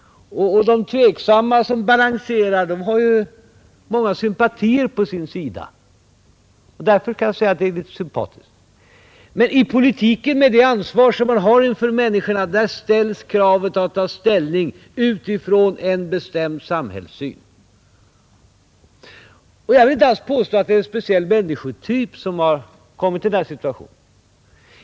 De tveksamma som balanserar har ju många sympatier på sin sida, och därför kan jag säga att det är i någon mån sympatiskt. Men i politiken med det ansvar som man har inför människorna, där ställs kravet att ta ställning utifrån en bestämd samhällssyn. Jag vill inte alls påstå att det är en speciell människotyp som har kommit i denna situation.